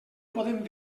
podem